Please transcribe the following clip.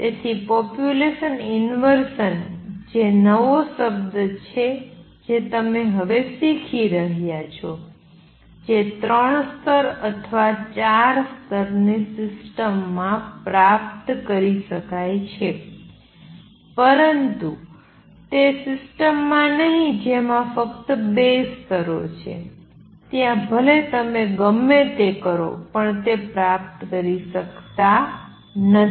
તેથી population inversion કે જે નવો શબ્દ છે જે તમે હવે શીખી રહ્યાં છો જે ત્રણ સ્તર અથવા ચાર સ્તરની સિસ્ટમમાં પ્રાપ્ત કરી શકાય છે પરંતુ તે સિસ્ટમમાં નહીં કે જેમાં ફક્ત બે સ્તરો છે ત્યાં ભલે તમે જે કરો તમે તે પ્રાપ્ત કરી શકતા નથી